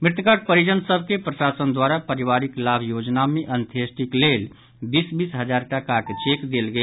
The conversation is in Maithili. मृतकक परिजन सभ के प्रशासन द्वारा पारिवारिक लाभ योजना मे अंत्येष्टिक लेल बीस बीस हजार टाकाक चेक देल गेल